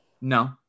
no